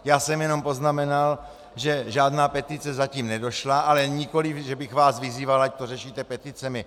Já jsem jenom poznamenal, že žádná petice zatím nedošla, ale nikoli že bych vás vyzýval, ať to řešíte peticemi.